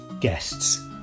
guests